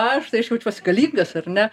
aš tai aš jaučiuosi galingas ar ne